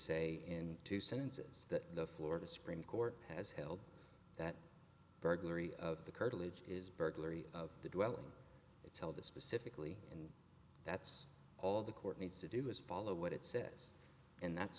say in two sentences that the florida supreme court has held that burglary of the curtilage is burglary of the dwelling it's held to specifically and that's all the court needs to do is follow what it says and that's